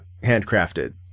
handcrafted